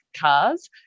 cars